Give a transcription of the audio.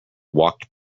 walked